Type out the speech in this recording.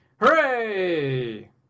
Hooray